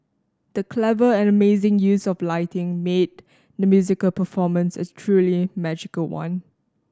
the clever and amazing use of lighting made the musical performance a truly magical one